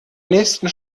nächsten